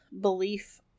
belief